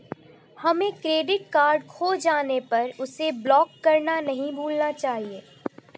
हमें credit card खो जाने पर उसे ब्लॉक करना नहीं भूलना चाहिए